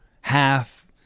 half